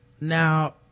Now